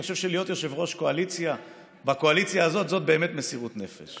אני חושב שלהיות יושב-ראש קואליציה בקואליציה הזאת זאת באמת מסירות נפש.